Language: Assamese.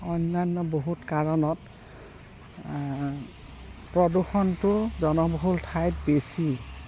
অন্যান্য বহুত কাৰণত প্ৰদূষণটো জনবহুল ঠাইত বেছি